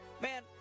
Man